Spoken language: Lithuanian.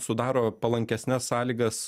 sudaro palankesnes sąlygas